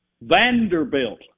Vanderbilt